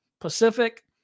Pacific